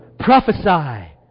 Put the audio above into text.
Prophesy